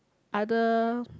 other